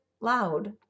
loud